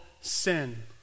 sin